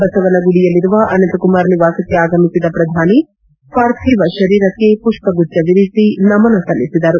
ಬಸವನಗುಡಿಯಲ್ಲಿರುವ ಅನಂತಕುಮಾರ್ ನಿವಾಸಕ್ಕೆ ಆಗಮಿಸಿದ ಪ್ರಧಾನಿ ಪಾರ್ಥಿವ ಶರೀರಕ್ಕೆ ಮಷ್ಷ ಗುಚ್ಚ ಇರಿಸಿ ನಮನ ಸಲ್ಲಿಸಿದರು